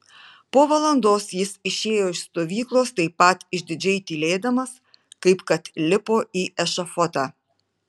po valandos jis išėjo iš stovyklos taip pat išdidžiai tylėdamas kaip kad lipo į ešafotą